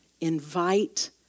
invite